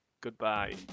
Goodbye